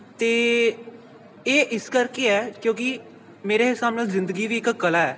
ਅਤੇ ਇਹ ਇਸ ਕਰਕੇ ਹੈ ਕਿਉਂਕਿ ਮੇਰੇ ਹਿਸਾਬ ਨਾਲ ਜ਼ਿੰਦਗੀ ਵੀ ਇੱਕ ਕਲਾ ਹੈ